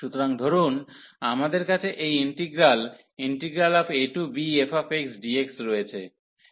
সুতরাং ধরুন আমাদের কাছে এই ইন্টিগ্রাল abfxdx রয়েছে